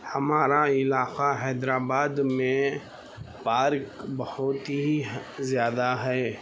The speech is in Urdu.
ہمارا علاقہ حیدرآباد میں پارک بہت ہی زیادہ ہے